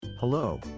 Hello